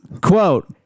Quote